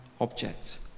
object